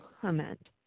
comment